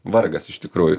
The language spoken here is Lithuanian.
vargas iš tikrųjų